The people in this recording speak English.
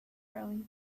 early